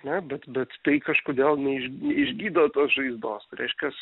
ne bet bet tai kažkodėl neiš neišgydo tos žaizdos reiškias